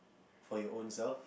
for your ownself